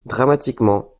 dramatiquement